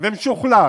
ומשוכלל